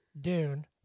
Dune